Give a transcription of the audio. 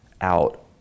out